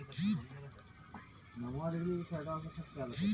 पुवरा इक तरह से खेती क उत्पाद होला